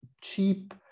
cheap